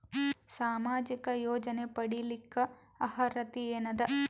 ಸಾಮಾಜಿಕ ಯೋಜನೆ ಪಡಿಲಿಕ್ಕ ಅರ್ಹತಿ ಎನದ?